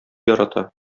ярата